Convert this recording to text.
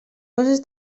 coses